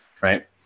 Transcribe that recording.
right